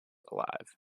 alive